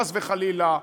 חס וחלילה,